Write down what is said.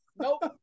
Nope